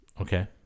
Okay